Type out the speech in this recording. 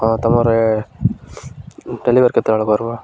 ହଁ ତୁମର ଡେଲିଭର କେତେବେଳେ କରିବ